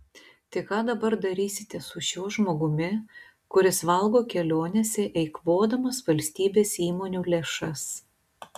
tai ką dabar darysite su šiuo žmogumi kuris valgo kelionėse eikvodamas valstybės įmonių lėšas